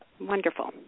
Wonderful